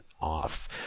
off